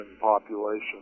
population